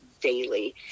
daily